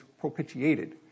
propitiated